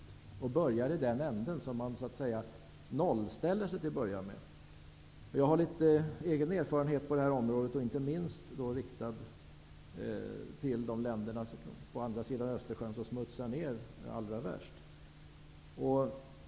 Man måste börja i den änden, att så att säga nollställa sig till att börja med. Jag har litet egen erfarenhet på det här området, inte minst med avseende på länderna på andra sidan Östersjön, de som smutsar ner allra värst.